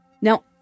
Now